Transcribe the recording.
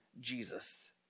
Jesus